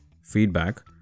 feedback